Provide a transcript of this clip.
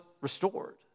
restored